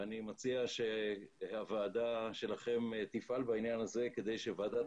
ואני מציע שהוועדה שלכם תפעל בעניין הזה כדי שוועדת